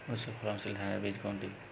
উচ্চ ফলনশীল ধানের বীজ কোনটি?